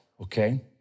Okay